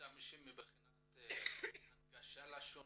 משתמשים בהנגשה לשונית?